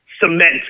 cement